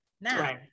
now